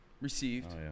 received